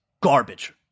garbage